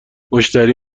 مشتری